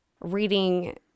Reading